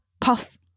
puff